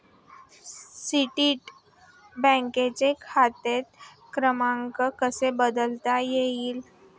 State बँकेचा खाते क्रमांक कसा बदलता येईल?